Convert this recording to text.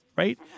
right